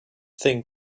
thing